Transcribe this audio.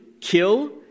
kill